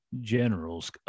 generals